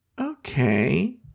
Okay